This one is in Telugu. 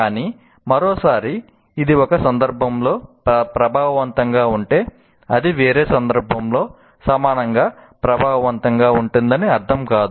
కానీ మరోసారి ఇది ఒక సందర్భంలో ప్రభావవంతంగా ఉంటే అది వేరే సందర్భంలో సమానంగా ప్రభావవంతంగా ఉంటుందని అర్థం కాదు